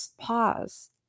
pause